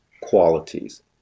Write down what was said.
qualities